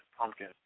pumpkin